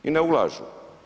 I ne ulažu.